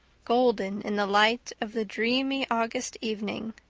golden in the light of the dreamy august evening.